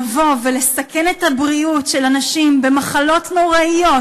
לבוא ולסכן את הבריאות של אנשים במחלות נוראיות,